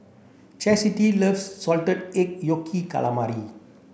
Chasity loves salted egg yolk calamari